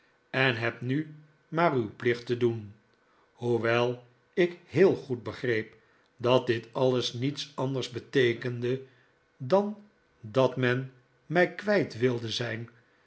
en hebt nu maar uw plicht te doen hoewel ik heel goed begreep dat dit alles niets anders beteekende dan dat men l david copperfield mij kwijt wilde zijn